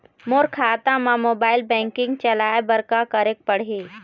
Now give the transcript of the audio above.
मोर खाता मा mobile banking चलाए बर का करेक पड़ही?